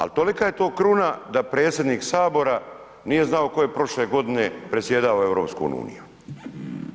Ali tolika je to kruna da predsjednik Sabora nije znao tko je prošle godine predsjedao EU-om.